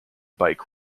bike